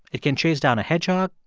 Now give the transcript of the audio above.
it can chase down a hedgehog.